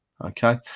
okay